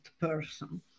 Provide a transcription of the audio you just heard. person